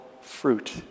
fruit